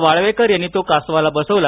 वाळवेकर यांनी तो कासवाला बसवला